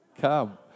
Come